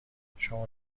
شما